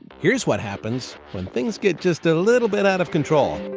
here's what happens when things get just a little bit out of control.